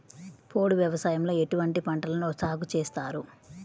పోడు వ్యవసాయంలో ఎటువంటి పంటలను సాగుచేస్తారు?